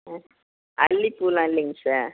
ஆ அல்லிப்பூலாம் இல்லைங்க சார்